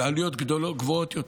בעלויות גבוהות יותר.